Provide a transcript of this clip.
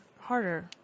harder